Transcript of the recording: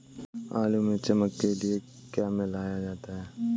आलू में चमक के लिए क्या मिलाया जाता है?